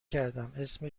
کردماسم